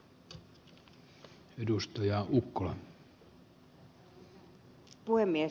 arvoisa puhemies